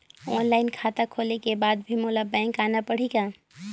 Online खाता खोले के बाद भी मोला बैंक आना पड़ही काय?